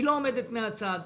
היא לא עומדת מהצד.